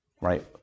right